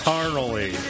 Carnally